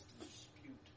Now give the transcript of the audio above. dispute